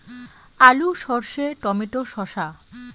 আলু সর্ষে টমেটো শসা